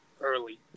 early